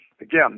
Again